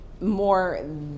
more